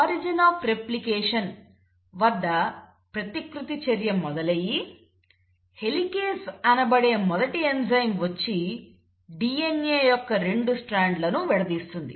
origin of replication వద్ద ప్రతికృతి చర్య మొదలయి హెలికేస్ అనబడే మొదటి ఎంజైమ్ వచ్చి DNA యొక్క రెండు స్ట్రాండ్లను విడదీస్తుంది